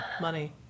money